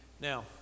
Now